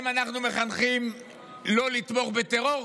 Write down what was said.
אם אנחנו מחנכים לא לתמוך בטרור.